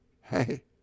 Hey